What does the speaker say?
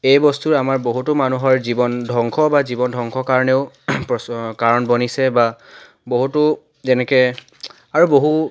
এই বস্তুৱে আমাৰ বহুতো মানুহৰ জীৱন ধ্বংস বা জীৱন ধ্বংস কাৰণেও প্ৰ কাৰণ বনিছে বা বহুতো যেনেকৈ আৰু বহু